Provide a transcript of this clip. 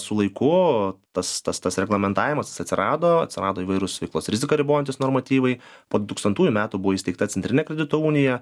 su laiku tas tas tas reglamentavimas jis atsirado atsirado įvairūs veiklos riziką ribojantys normatyvai po du tūkstantųjų metų buvo įsteigta centrinė kredito unija